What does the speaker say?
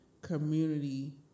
community